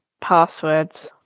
passwords